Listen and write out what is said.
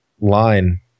line